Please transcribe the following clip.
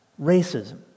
racism